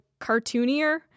cartoonier